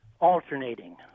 alternating